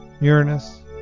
Uranus